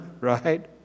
Right